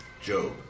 Job